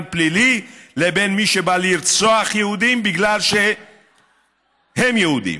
פלילי לבין מי שבא לרצוח יהודים בגלל שהם יהודים?